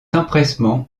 empressement